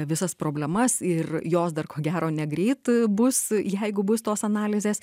visas problemas ir jos dar ko gero negreit bus jeigu bus tos analizės